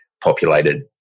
populated